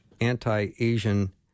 anti-Asian